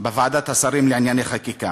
בוועדת השרים לענייני חקיקה,